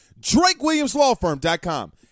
drakewilliamslawfirm.com